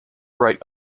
write